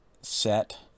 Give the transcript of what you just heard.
set